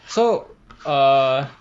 so err